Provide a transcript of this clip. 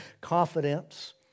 confidence